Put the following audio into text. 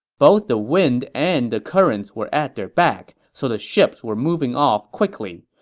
both the wind and the currents were at their back, so the ships were moving off quickly.